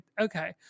Okay